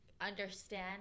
understand